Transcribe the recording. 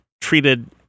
treated